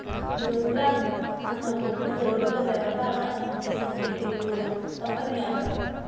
ಬ್ಲೊಮ್ರಾಂಗ್ ಅನ್ನೊದು ಒಂದ ದೊಡ್ಡ ವ್ಯವಹಾರದ ಅಂಕಿ ಸಂಖ್ಯೆ ತಿಳಿಸು ಕಂಪನಿಅದ